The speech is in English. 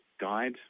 guide